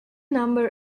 number